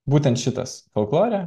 būtent šitas folklore